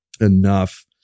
enough